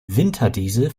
winterdiesel